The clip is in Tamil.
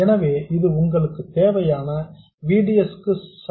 எனவே இது உங்களுக்கு தேவையான V D S க்கு சமம் ஆகும்